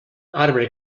arbre